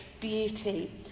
beauty